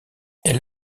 elle